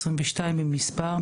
22 במספר,